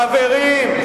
חברים.